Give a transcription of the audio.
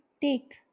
take